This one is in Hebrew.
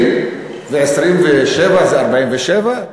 20 ו-27 זה 47,